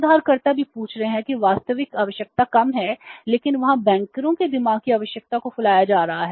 उधारकर्ता भी पूछ रहे हैं कि वास्तविक आवश्यकता कम है लेकिन वहाँ बैंकरों के दिमाग की आवश्यकताओं को फुलाया जा रहा है